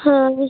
হুম হুম